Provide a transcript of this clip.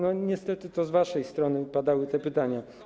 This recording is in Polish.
Niestety to z waszej strony padały te pytania.